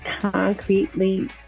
concretely